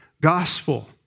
gospel